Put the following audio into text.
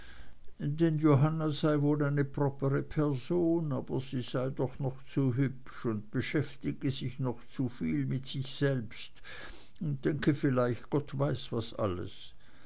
sei wohl eine sehr propre person aber sie sei doch noch zu hübsch und beschäftige sich noch zu viel mit sich selbst und denke vielleicht gott weiß was alles